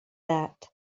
that